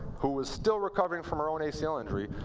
who was still recovering from her own acl injury,